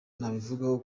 nabivugaho